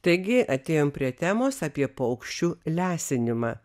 taigi atėjom prie temos apie paukščių lesinimą